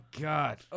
god